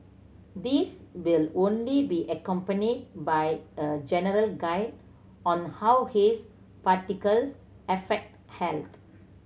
these will only be accompanied by a general guide on how haze particles affect health